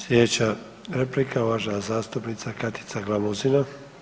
Slijedeća replika, uvažena zastupnica Katica Glamuzina.